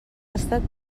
tastat